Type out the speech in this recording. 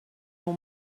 your